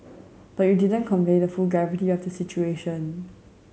but you didn't convey the full gravity of the situation